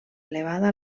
elevada